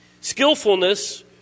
skillfulness